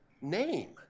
name